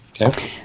Okay